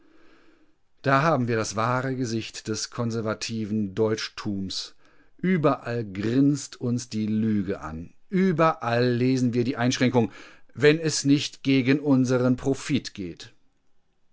da haben wir das wahre gesicht des konservativen deutschtums überall grinst uns die lüge an überall lesen wir die einschränkung wenn es nicht gegen unseren profit geht